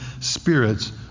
spirits